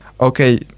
okay